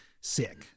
sick